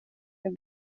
hur